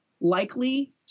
likely